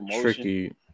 tricky